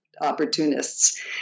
opportunists